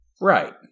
Right